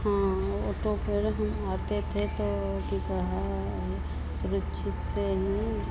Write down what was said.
हाँ ओटो पर हम आते थे तो कि कहा है सुरक्षित से हम